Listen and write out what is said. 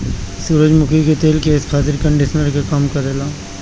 सूरजमुखी के तेल केस खातिर कंडिशनर के काम करेला